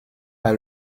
par